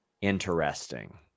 interesting